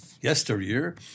yesteryear